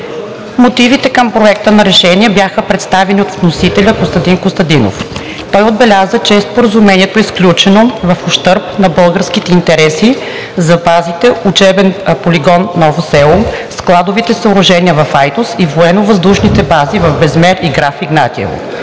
Мотивите към Проекта на решение бяха представени от вносителя Костадин Костадинов. Той отбеляза, че Споразумението е сключено в ущърб на българските интереси за базите – Учебен полигон Ново село, складовите съоръжения в Айтос и военновъздушните бази в Безмер и Граф Игнатиево.